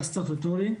לסטטוטורי,